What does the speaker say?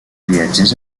viatgers